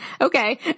okay